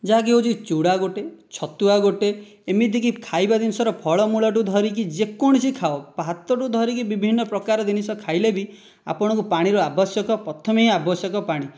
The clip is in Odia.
ଯାହାକି ହେଉଛି ଚୁଡ଼ା ଗୋଟେ ଛତୁଆ ଗୋଟେ ଏମିତିକି ଖାଇବା ଜିନିଷର ଫଳମୁଳଠୁ ଧରିକି ଯେକୌଣସି ଖାଅ ଭାତଠାରୁ ଧରିକି ବିଭିନ୍ନ ପ୍ରକାର ଜିନିଷ ଖାଇଲେ ବି ଆପଣଙ୍କୁ ପାଣିର ଆବଶ୍ୟକ ପ୍ରଥମେ ହିଁ ଆବଶ୍ୟକ ପାଣି